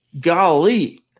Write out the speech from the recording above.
golly